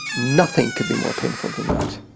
nothing could be more painful than that.